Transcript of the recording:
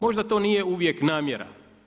Možda to nije uvijek namjera?